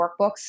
workbooks